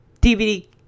DVD